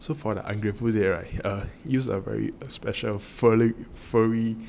so for the ungrateful date right err feels like very special fury